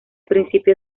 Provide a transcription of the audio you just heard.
principio